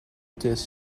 disc